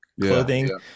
clothing